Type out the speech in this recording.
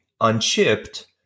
unchipped